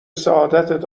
سعادت